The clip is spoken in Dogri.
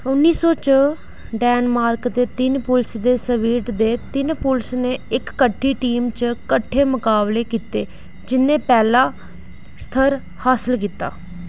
उन्नी सौ च डैनमार्क दे तिन्न पुल्स दे स्वीट दे तिन्न पुल्स ने इक कट्ठी टीम च कट्ठे मकाबले कीते जिन्ने पैह्ला स्थर हासल कीता